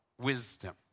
Wisdom